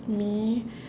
me